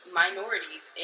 minorities